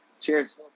Cheers